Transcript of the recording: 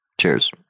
Cheers